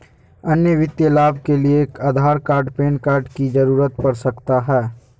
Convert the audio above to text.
अन्य वित्तीय लाभ के लिए आधार कार्ड पैन कार्ड की जरूरत पड़ सकता है?